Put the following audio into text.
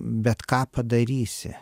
bet ką padarysi